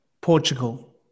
Portugal